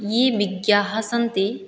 E विज्ञाः सन्ति